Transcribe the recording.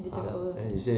dia cakap apa